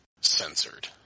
censored